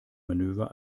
manöver